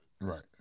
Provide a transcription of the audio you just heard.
Right